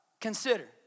consider